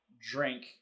drink